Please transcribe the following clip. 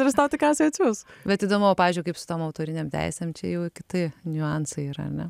ir jis tau tikriausiai atsiųs bet įdomu o pavyzdžiui kaip su tom autorinėm teisėm čia jau kiti niuansai yra ar ne